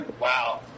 Wow